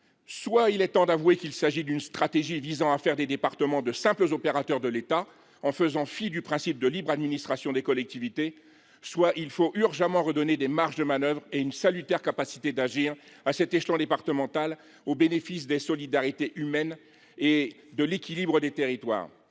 soit il est temps d’avouer qu’il s’agit d’une stratégie visant à faire des départements de simples opérateurs de l’État, en faisant fi du principe de libre administration des collectivités ; soit il faut urgemment redonner des marges de manœuvre et une salutaire capacité d’agir à cet échelon départemental, au profit des solidarités humaines et de l’équilibre des territoires.